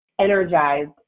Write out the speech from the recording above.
energized